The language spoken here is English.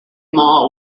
mall